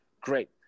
great